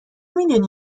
میدونی